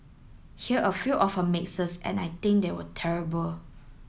hear a few of her mixes and I think they were terrible